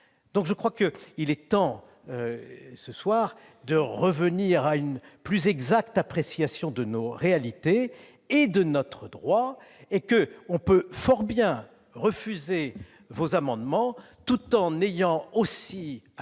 ! Je crois qu'il est temps, ce soir, de revenir à une plus exacte appréciation de nos réalités et de notre droit. On peut fort bien refuser ces amendements, tout en ayant aussi